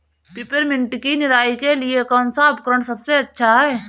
Peppermint की निराई के लिए कौन सा उपकरण सबसे अच्छा है?